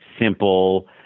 simple